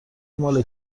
مال